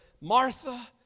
Martha